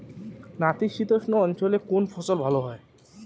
নাতিশীতোষ্ণ অঞ্চলে কোন ফসল ভালো হয়?